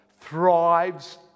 thrives